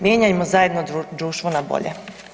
Mijenjamo zajedno društvo na bolje.